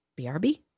BRB